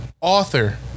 Author